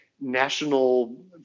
national